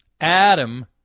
adam